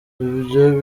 ibyo